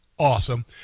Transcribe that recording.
Awesome